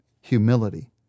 humility